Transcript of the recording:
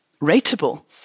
rateable